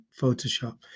Photoshop